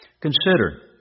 Consider